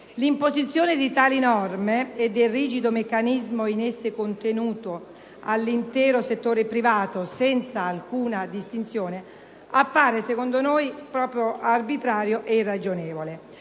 l'imposizione di tali norme e del rigido meccanismo in esse contenuto all'intero settore privato, senza alcuna distinzione, appare secondo noi arbitrario e irragionevole.